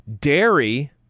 Dairy